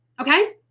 okay